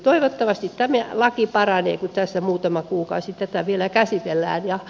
toivottavasti tämä laki paranee kun tässä muutama kuukausi tätä vielä käsitellään